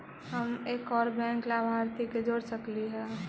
हम एक और बैंक लाभार्थी के जोड़ सकली हे?